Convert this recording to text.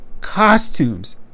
costumes